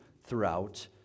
throughout